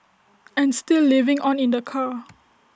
and still living on in the car